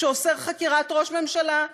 שאוסר חקירת ראש ממשלה.